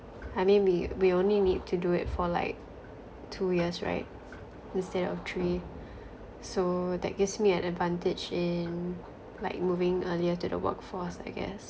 I mean we we only need to do it for like two years right instead of three so that gives me an advantage in like moving earlier to the workforce I guess